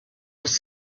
was